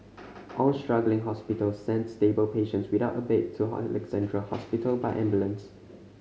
all struggling hospitals sent stable patients without a bed to Alexandra Hospital by ambulance